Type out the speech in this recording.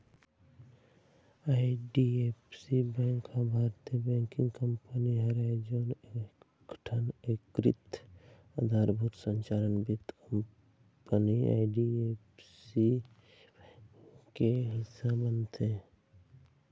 IDFC bank ह भारतीय banking company हरय जउन एकठन एकीकृत अधारभूत संरचना वित्त कंपनी आई.डी.एफ.सी बेंक के हिस्सा बनथे